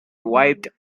wiped